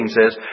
says